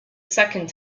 second